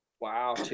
Wow